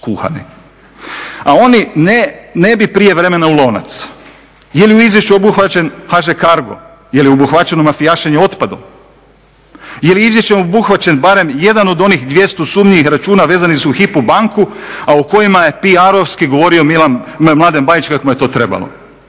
A oni ne bi prijevremeno u lonac. Je li u izvješću obuhvaćen HŽ Cargo? Je li obuhvaćeno mafijašenje otpadom? Je li izvješćem obuhvaćen barem jedan od onih 200 sumnjivih računa vezanih uz Hypo banku, a u kojima je piarovski govorio Mladen Bajić kad mu je to trebalo.